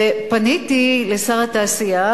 פניתי לשר התעשייה,